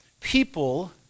People